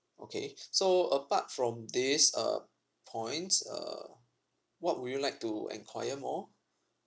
okay so apart from these uh points uh what would you like to enquire more